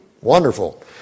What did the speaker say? Wonderful